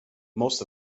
most